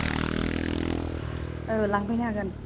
ओ लांफैनो हागोन